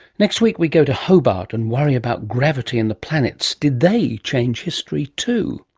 next week we go to hobart and worry about gravity and the planets. did they change history too?